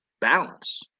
balance